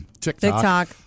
TikTok